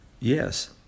Yes